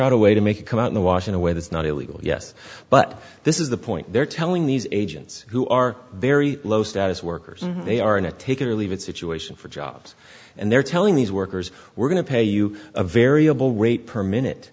out a way to make it come out the washing away that's not illegal yes but this is the point they're telling these agents who are very low status workers they are in a take it or leave it situation for jobs and they're telling these workers we're going to pay you a variable rate per minute